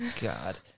God